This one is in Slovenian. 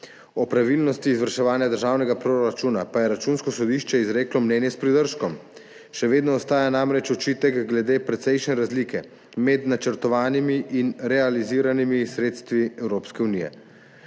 O pravilnosti izvrševanja državnega proračuna pa je Računsko sodišče izreklo mnenje s pridržkom. Še vedno ostaja namreč očitek glede precejšnje razlike med načrtovanimi in realiziranimi sredstvi Evropske unije.